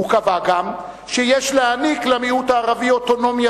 הוא קבע גם שיש להעניק למיעוט הערבי אוטונומיה